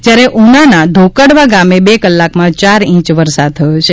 જ્યારે ઉનાના ધોકડવા ગામે બે કલાકમાં ચાર ઇંચ વરસાદ થયો છે